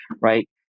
right